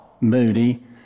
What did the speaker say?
Moody